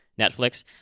Netflix